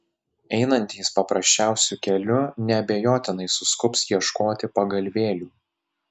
einantys paprasčiausiu keliu neabejotinai suskubs ieškoti pagalvėlių